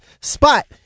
spot